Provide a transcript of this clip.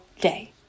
day